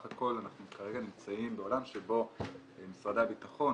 הכול אנחנו כרגע נמצאים בעולם שבו משרדי הביטחון,